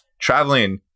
traveling